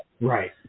Right